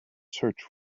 search